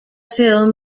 film